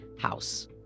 house